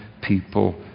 people